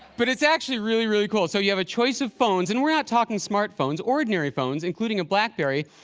but it's actually really, really cool. so you have a choice of phones, and we're not talking smartphones ordinary phones, including a blackberry,